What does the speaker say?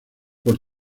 por